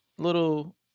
little